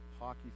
hockey